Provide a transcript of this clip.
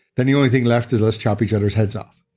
then the only thing left is let's chop each other's heads off.